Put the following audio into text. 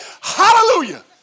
Hallelujah